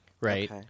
Right